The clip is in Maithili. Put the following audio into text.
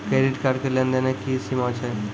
क्रेडिट कार्ड के लेन देन के की सीमा छै?